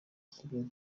kigali